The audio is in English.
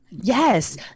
yes